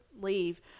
leave